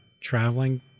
traveling